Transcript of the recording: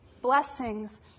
Blessings